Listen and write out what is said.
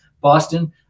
Boston